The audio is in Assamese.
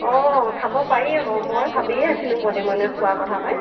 অ খাব পাৰি আকৌ মই ভাবিয়ে আছিলোঁ মনে মনে খোৱাৰ কথা পায়